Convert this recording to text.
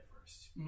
first